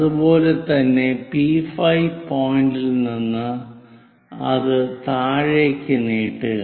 അതുപോലെ തന്നെ P5 പോയിന്റിൽ നിന്ന് അത് താഴേക്ക് നീട്ടുക